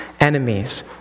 enemies